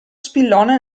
spillone